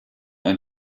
ein